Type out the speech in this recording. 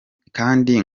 kandi